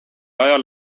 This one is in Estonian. ajal